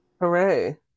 Hooray